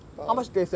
per hour